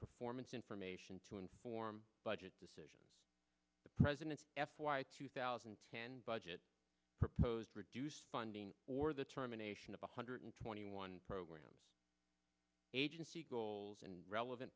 performance information to inform budget decisions the president's f y two thousand and ten budget proposed reduced funding for the terminations of one hundred twenty one programs agency goals and relevant